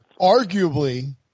arguably